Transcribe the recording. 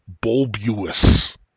bulbous